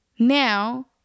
Now